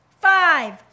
five